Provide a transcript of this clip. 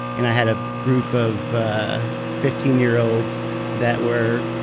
and i had a group of fifteen year olds that were.